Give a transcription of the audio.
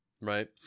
right